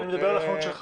אני מדבר על החנות שלך.